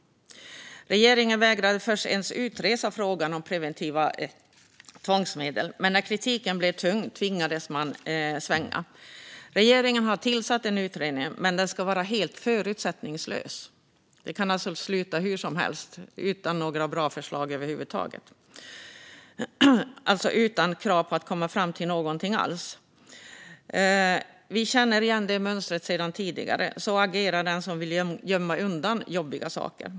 Regeringen vägrade först ens utreda frågan om preventiva tvångsmedel. Men när kritiken blev för tung tvingades man svänga. Man har nu tillsatt en utredning, men den ska vara helt förutsättningslös - alltså utan krav på att komma fram till någonting alls. Den kan därmed sluta hur som helst, kanske utan några bra förslag över huvud taget. Vi känner igen det mönstret från tidigare. Så agerar den som vill gömma undan jobbiga frågor.